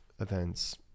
events